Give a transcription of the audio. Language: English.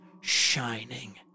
shining